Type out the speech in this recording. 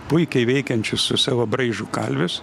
puikiai veikiančius su savo braižu kalvius